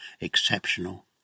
exceptional